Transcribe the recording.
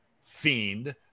fiend